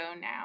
now